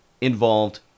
involved